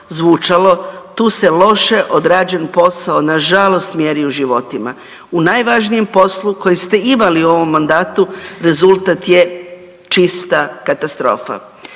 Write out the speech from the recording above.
zvučalo, tu se loše odrađen posao nažalost mjeri u životima, u najvažnijem poslu koji ste imali u ovom mandatu, rezultat je čista katastrofa.